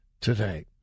today